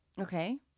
okay